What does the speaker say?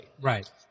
Right